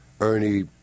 Ernie